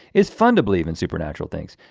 it's fun to believe in supernatural things.